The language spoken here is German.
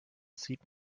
sieht